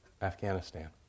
Afghanistan